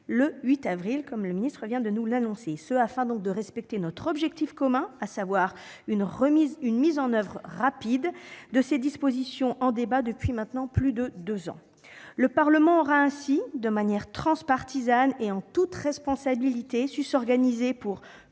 prochain, comme le ministre vient de nous l'annoncer, afin de respecter notre objectif commun : une mise en oeuvre rapide de ces dispositions en débat depuis maintenant plus de deux ans. Le Parlement aura ainsi, de manière transpartisane et en toute responsabilité, su s'organiser pour